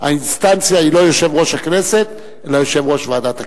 האינסטנציה היא לא יושב-ראש הכנסת אלא יושב-ראש ועדת הכנסת.